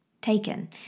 taken